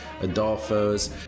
adolfo's